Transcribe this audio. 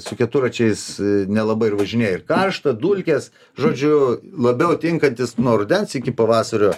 su keturračiais nelabai ir važinėja ir karšta dulkės žodžiu labiau tinkantis nuo rudens iki pavasario